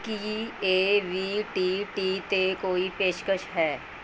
Ki A V T T 'ਤੇ ਕੋਈ ਪੇਸ਼ਕਸ਼ ਹੈ